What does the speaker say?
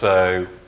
so,